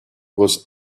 was